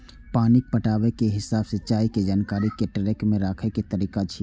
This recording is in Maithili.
पानि पटाबै के हिसाब सिंचाइ के जानकारी कें ट्रैक मे राखै के तरीका छियै